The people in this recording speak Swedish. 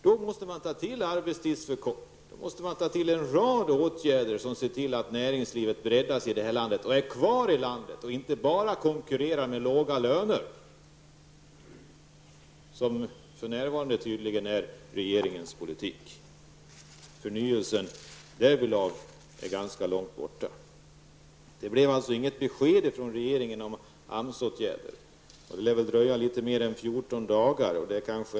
Då måste man ta till arbetstidsförkortning och en rad andra åtgärder för att se till att näringslivet breddas i det här landet och att företagen är kvar i Sverige och inte bara konkurrerar med låga löner, något som regeringens politik tydligen för närvarande går ut på. Förnyelsen därvidlag är ganska långt borta. Det blev alltså inget besked från regeringen om AMS-åtgärder. Det lär väl dröja litet mer än 14 dagar innan vi får besked.